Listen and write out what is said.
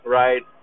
right